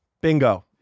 bingo